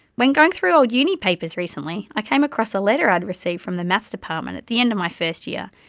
when going through old uni papers recently, i came across a letter i had received from the maths department at the end of my first year,